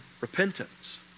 repentance